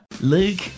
Luke